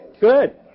good